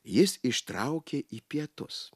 jis ištraukė į pietus